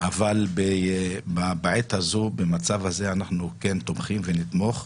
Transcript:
אבל בעת הזו, במצב הזה, אנחנו כן תומכים ונתמוך.